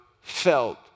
felt